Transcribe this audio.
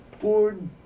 board